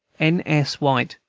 n. s. white,